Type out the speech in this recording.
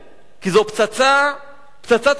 כי זו פצצת השהיה,